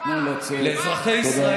מדבר בנט תרחק.